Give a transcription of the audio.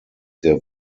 der